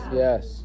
yes